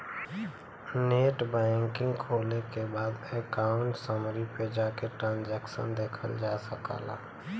net banking खोले के बाद अकाउंट समरी पे जाके ट्रांसैक्शन देखल जा सकला